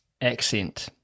accent